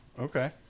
Okay